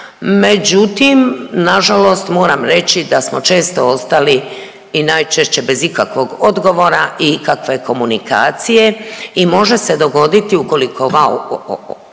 međutim nažalost moram reći da smo često ostali i najčešće bez ikakvog odgovora i ikakve komunikacije i može se dogoditi ukoliko val